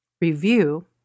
review